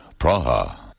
Praha